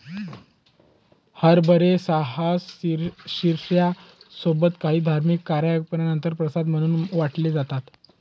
हरभरे सहसा शिर्या सोबत काही धार्मिक कार्यक्रमानंतर प्रसाद म्हणून वाटले जातात